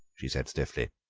she said stiffly.